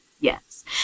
Yes